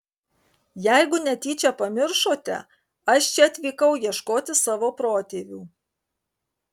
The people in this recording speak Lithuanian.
jeigu netyčia pamiršote aš čia atvykau ieškoti savo protėvių